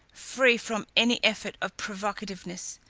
free from any effort of provocativeness,